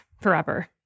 forever